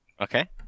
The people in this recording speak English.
Okay